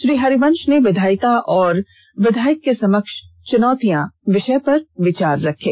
श्री हरिवंष ने विधायिका और विधायक के समक्ष चुनौतियां विषय पर विचार रखें